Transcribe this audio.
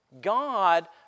God